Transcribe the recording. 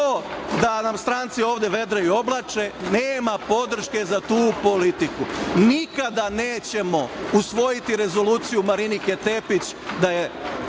da nam stranci ovde vedre i oblače. Nema podrške za tu politiku. Nikada nećemo usvojiti rezoluciju Marinike Tepić da su